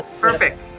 perfect